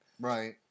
Right